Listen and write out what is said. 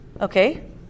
Okay